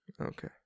okay